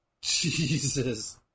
Jesus